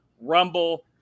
Rumble